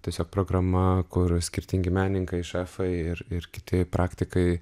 tiesiog programa kur skirtingi menininkai šefai ir ir kiti praktikai